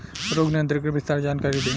रोग नियंत्रण के विस्तार जानकारी दी?